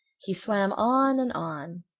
he swam on and on.